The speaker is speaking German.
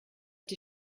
die